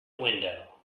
window